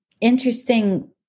Interesting